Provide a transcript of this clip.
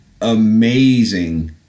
amazing